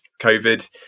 covid